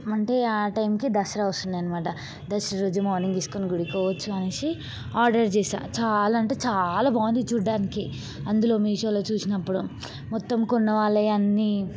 ఏమంటే ఆ టైముకి దసరా వస్తుంది అనమాట దసరా రోజు మార్నింగ్ వేసుకోని గుడికి పోవచ్చు అనేసి ఆర్డర్ చేసాను చాలా అంటే చాలా బాగుంది చూడ్డానికి అందులో మీషోలో చూసినప్పుడు మొత్తం కొన్నవాళ్ళవి అన్నీ